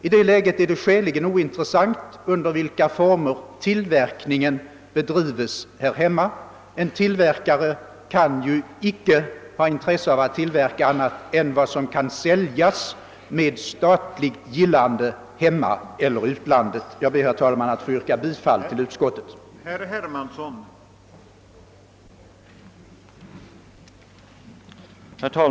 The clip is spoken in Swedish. I det läget är det skäligen ointressant under vilka former tillverkning bedrivs här i dag — en tillverkare kan inte ha intresse av att tillverka annat än vad som med statligt gillande kan säljas hemma eller i utlandet. Jag ber att få yrka bifall till utskottets hemställan.